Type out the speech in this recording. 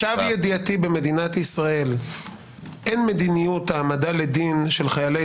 למיטב ידעתי במדינת ישראל אין מדיניות העמדה לדין של חיילי